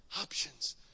options